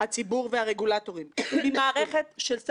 אני חושב שהרגע הזה הוא רגע מיוחד